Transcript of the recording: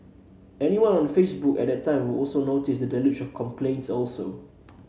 anyone on Facebook at that time would also notice the deluge of complaints also